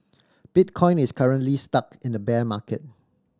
bitcoin is currently stuck in a bear market